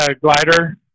glider